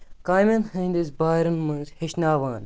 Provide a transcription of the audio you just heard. کامین ۂندِس بارَن منٛز ہٮ۪چھناوان